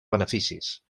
beneficis